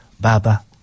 Baba